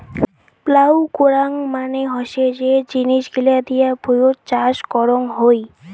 plough করাং মানে হসে যে জিনিস গিলা দিয়ে ভুঁইয়ত চাষ করং হই